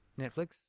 Netflix